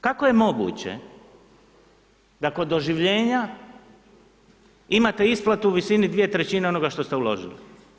Kako je moguće da kod oživljenja imate isplatu u visini 2/3 onoga što ste uložili?